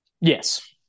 Yes